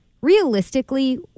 realistically